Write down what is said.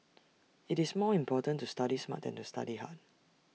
IT is more important to study smart than to study hard